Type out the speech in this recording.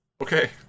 Okay